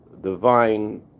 divine